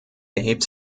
erhebt